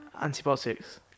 Antibiotics